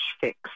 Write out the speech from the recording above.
Fix